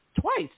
twice